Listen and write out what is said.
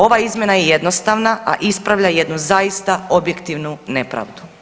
Ova izmjena je jednostavna, a ispravlja jednu zaista objektivnu nepravdu.